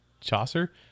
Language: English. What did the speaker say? Chaucer